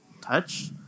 touch